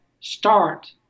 start